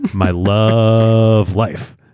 my love life.